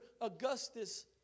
Augustus